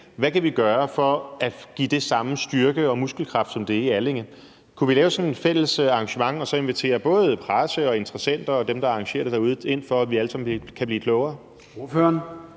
vi kan gøre for at give det samme styrke og muskelkraft som Folkemødet på Bornholm? Kunne vi lave sådan et fælles arrangement og så invitere både presse, interessenter og dem, der arrangerer det derude, herind, for at vi alle sammen kan blive klogere?